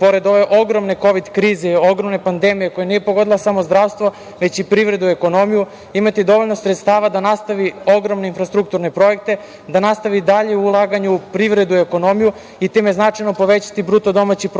pored ove ogromne Kovid krize i ogromne pandemije koja nije pogodila samo zdravstvo, već i privredu i ekonomiju imati dovoljno sredstava da nastavi ogromne infrastrukturne projekte, da nastavi dalje u ulaganje u privredu i ekonomiju i time značajno poveća BDP